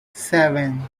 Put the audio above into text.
seven